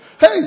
Hey